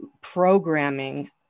programming